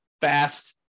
fast